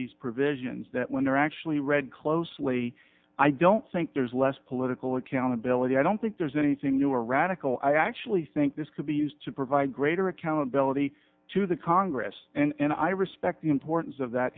these provisions that when they're actually read closely i don't think there's less political accountability i don't think there's anything new or radical i actually think this could be used to provide greater accountability to the congress and i respect the importance of that